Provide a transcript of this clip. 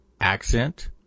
accent